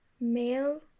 male